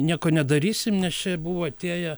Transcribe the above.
nieko nedarysim nes čia buvo atėję